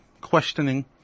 questioning